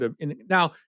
Now